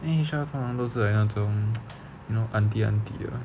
因为 H_R 通常是那种 you know aunty aunty 的